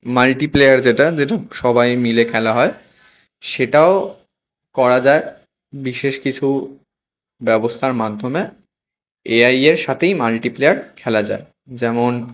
multiplayer যেটা যেটা সবাই মিলে খেলা হয় সেটাও করা যায় বিশেষ কিছু ব্যবস্থার মাধ্যমে এ আইয়ের সাথেই মাল্টিপ্লেয়ার খেলা যায় যেমন